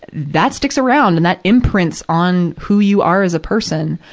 and that sticks around and that imprints on who you are as a person.